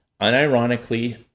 unironically